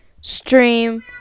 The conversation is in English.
stream